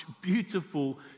beautiful